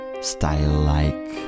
Style-like